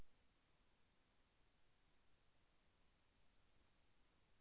మొక్కలలో చీడపీడల ఉధృతి మీకు తెలుసా?